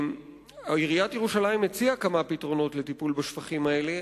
עיריית ירושלים הציעה כמה פתרונות לטיפול בשפכים האלה,